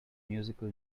musical